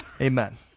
Amen